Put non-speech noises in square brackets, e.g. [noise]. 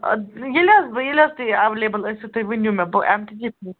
ییٚلہِ حظ ییٚلہِ حظ تُہۍ ایٚویلیبٕل ٲسِو تُہۍ ؤنِو مےٚ بہٕ یِمہٕ [unintelligible]